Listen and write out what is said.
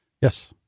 yes